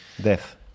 death